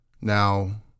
Now